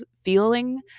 feeling